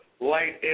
Light